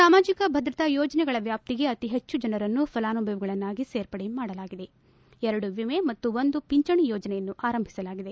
ಸಾಮಾಜಿಕ ಭದ್ರತಾ ಯೋಜನೆಗಳ ವ್ಯಾಪ್ತಿಗೆ ಅತಿ ಹೆಚ್ಚು ಜನರನ್ನು ಫಲಾನುಭವಿಗಳನ್ನಾಗಿ ಸೇರ್ಪಡೆ ಮಾಡಲಾಗಿದೆ ಎರಡು ವಿಮೆ ಮತ್ತು ಒಂದು ಪಿಂಚಣಿ ಯೋಜನೆಯನ್ನು ಆರಂಭಿಸಲಾಗಿದೆ